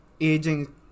Aging